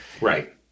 Right